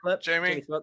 Jamie